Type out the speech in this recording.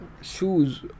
shoes